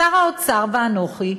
שר האוצר ואנוכי,